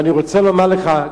ואני רוצה לומר לך,